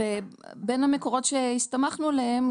ובין המקורות שהסתמכנו עליהם,